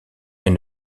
mais